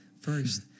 first